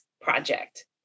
project